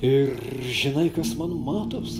ir žinai kas man matos